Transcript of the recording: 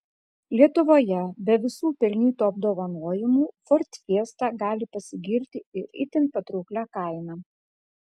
lietuvoje be visų pelnytų apdovanojimų ford fiesta gali pasigirti ir itin patrauklia kaina